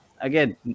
again